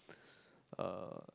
uh